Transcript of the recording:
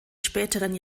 späteren